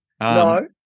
no